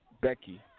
Becky